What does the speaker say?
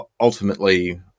ultimately